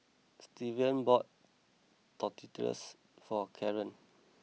Stevan bought Tortillas for Kaaren